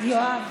יואב,